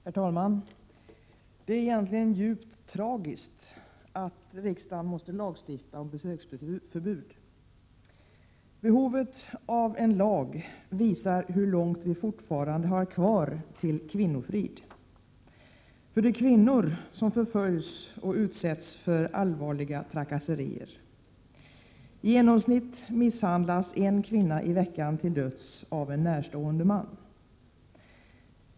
Herr talman! Det är egentligen djupt tragiskt att riksdagen måste lagstifta om besöksförbud. Behovet av en lag visar hur långt vi fortfarande har kvar till kvinnofrid. Det är nämligen kvinnor som förföljs och utsätts för allvarliga trakasserier. I genomsnitt misshandlas en kvinna i veckan till döds av en närstående man.